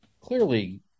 clearly